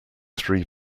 three